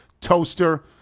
toaster